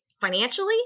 financially